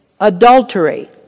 adultery